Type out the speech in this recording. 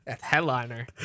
Headliner